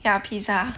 ya pizza